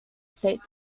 state